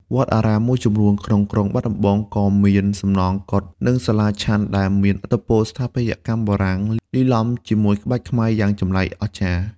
វត្តអារាមមួយចំនួនក្នុងក្រុងបាត់ដំបង ក៏មានសំណង់កុដិ និងសាលាឆាន់ដែលមានឥទ្ធិពលស្ថាបត្យកម្មបារាំងលាយឡំជាមួយក្បាច់ខ្មែរយ៉ាងចម្លែកអស្ចារ្យ។